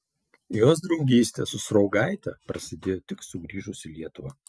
jos draugystė su sruogaite prasidėjo tik sugrįžus į lietuvą